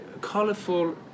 colorful